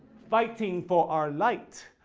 fighting for our light.